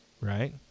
right